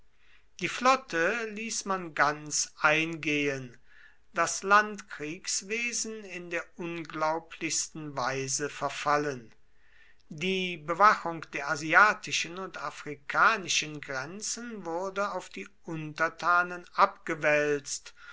die flotte ließ man ganz eingehen das landkriegswesen in der unglaublichsten weise verfallen die bewachung der asiatischen und afrikanischen grenzen wurde auf die untertanen abgewälzt